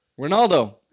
Ronaldo